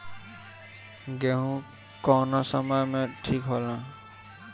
गेहू कौना समय मे ठिक होला?